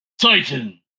Titan